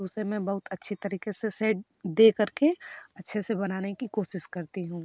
तो उसे मैं बहुत अच्छा तरीके से शेड देकर के अच्छे से बनाने की कोशिश करती हूँ